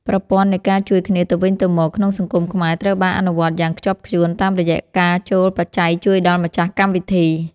ប្រព័ន្ធនៃការជួយគ្នាទៅវិញទៅមកក្នុងសង្គមខ្មែរត្រូវបានអនុវត្តយ៉ាងខ្ជាប់ខ្ជួនតាមរយៈការចូលបច្ច័យជួយដល់ម្ចាស់កម្មវិធី។